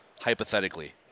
hypothetically